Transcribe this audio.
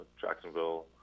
jacksonville